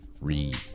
read